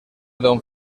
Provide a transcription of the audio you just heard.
don